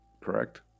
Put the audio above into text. correct